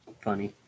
funny